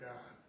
God